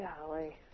Golly